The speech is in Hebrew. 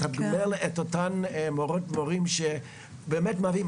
לתגמל את אותן מורות ומורים שבאמת מהווים